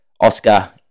Oscar